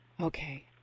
Okay